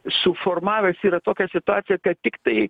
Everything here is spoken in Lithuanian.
suformavęs yra tokią situaciją kad tiktai